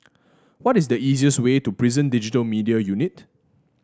what is the easiest way to Prison Digital Media Unit